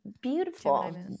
beautiful